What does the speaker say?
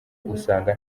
usanga